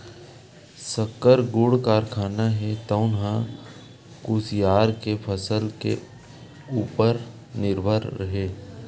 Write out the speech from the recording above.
सक्कर, गुड़ कारखाना हे तउन ह कुसियार के फसल के उपर निरभर हे